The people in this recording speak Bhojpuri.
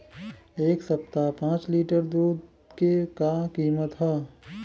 एह सप्ताह पाँच लीटर दुध के का किमत ह?